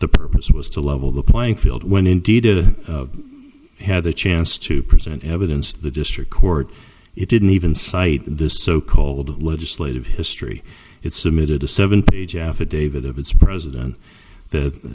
the purpose was to level the playing field when indeed it had the chance to present evidence to the district court it didn't even cite this so called legislative history it submitted a seven page affidavit of its president